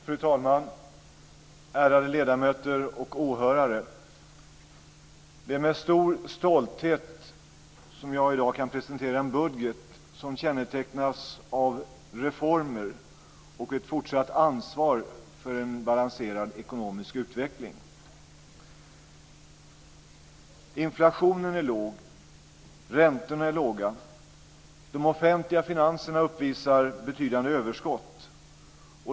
Fru talman! Ärade ledamöter och åhörare! Det är med stor stolthet som jag i dag kan presentera en budget som kännetecknas av reformer och ett fortsatt ansvar för en balanserad ekonomisk utveckling. Inflationen är låg. Räntorna är låga. De offentliga finanserna uppvisar betydande överskott.